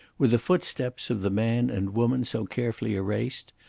were the footsteps of the man and woman so carefully erased,